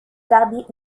garder